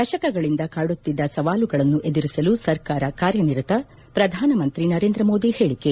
ದಶಕಗಳಿಂದ ಕಾಡುತ್ತಿದ್ದ ಸವಾಲುಗಳನ್ನು ಎದುರಿಸಲು ಸರ್ಕಾರ ಕಾರ್ಯನಿರತ ಪ್ರಧಾನಮಂತ್ರಿ ನರೇಂದ್ರ ಮೋದಿ ಹೇಳಿಕೆ